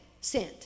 sent